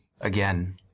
again